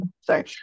Sorry